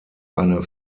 eine